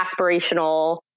aspirational